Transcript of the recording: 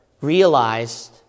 realized